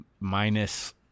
minus